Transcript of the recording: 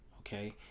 okay